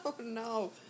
no